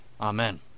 Amen